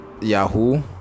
yahoo